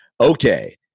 okay